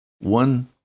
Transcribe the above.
One